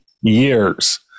years